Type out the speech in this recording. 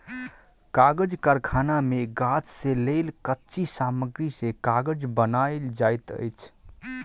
कागज़ कारखाना मे गाछ से लेल कच्ची सामग्री से कागज़ बनायल जाइत अछि